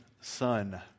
Son